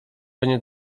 będzie